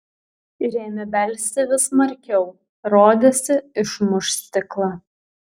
ir ėmė belsti vis smarkiau rodėsi išmuš stiklą